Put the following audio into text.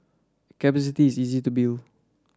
capacity is easy to build